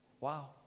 Wow